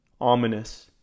ominous